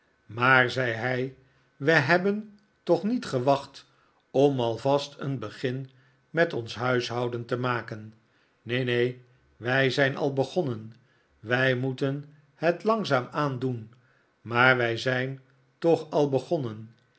maar zei hij we hebben toch niet gewacht om alv'ast een begin met ons huishouden te maken neen neen wij zijn al begonnen wij moeten het langzaam-aan doen maar wij zijn toch al begonnen